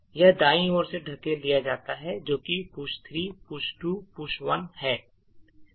यह दाईं ओर से धकेल दिया जाता है जो कि push 3 push 2 और push 1 है